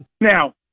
Now